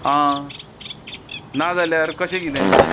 आं ना जाल्यार कशें कितें